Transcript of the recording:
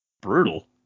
Brutal